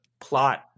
plot